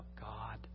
God